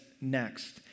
next